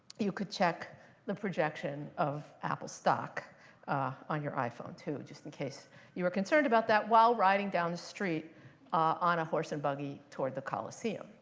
you could check the projection of apple's stock ah on your iphone, too. just in case you were concerned about that while riding down the street on a horse and buggy toward the coliseum.